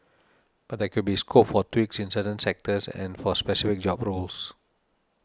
but there could be scope for tweaks in certain sectors and for specific job roles